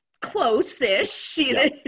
Close-ish